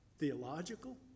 Theological